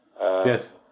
Yes